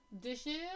dishes